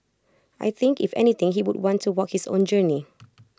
I think if anything he would want to work his own journey